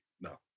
no